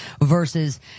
versus